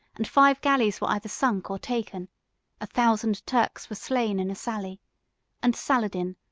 and five galleys were either sunk or taken a thousand turks were slain in a sally and saladin,